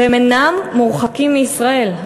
והם אינם מורחקים מישראל.